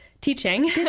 teaching